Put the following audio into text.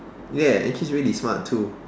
ya and she's really smart too